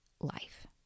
life